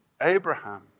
Abraham